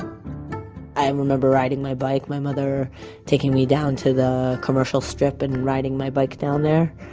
i remember riding my bike, my mother taking me down to the commercial strip and and riding my bike down there,